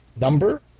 number